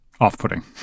off-putting